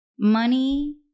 Money